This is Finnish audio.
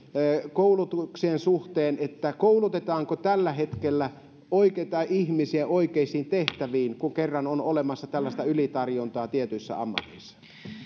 koulutuksien suhteen koulutetaanko tällä hetkellä oikeita ihmisiä oikeisiin tehtäviin kun kerran on olemassa tällaista ylitarjontaa tietyissä ammateissa